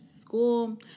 school